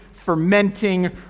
fermenting